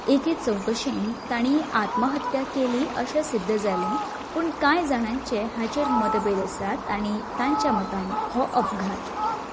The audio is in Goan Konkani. एके चवकशेंत ताणीं आत्महत्या केली अशें सिद्ध जालें पूण कांय जाणांचे हाचेर मतभेद आसात आनी तांच्या मतान हो अपघात